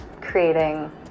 creating